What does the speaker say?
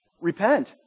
repent